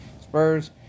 Spurs